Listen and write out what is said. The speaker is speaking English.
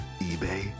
eBay